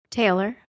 Taylor